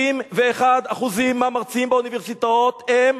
91% מהמרצים באוניברסיטאות הם,